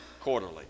quarterly